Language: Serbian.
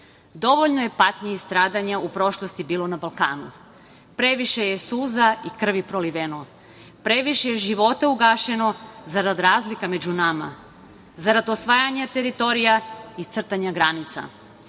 dovoljno je patnji i stradanja u prošlosti bilo na Balkanu. Previše je suza i krvi proliveno. Previše je života ugašeno zarad razlika među nama, zarad osvajanja teritorija i crtanja granica.